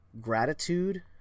gratitude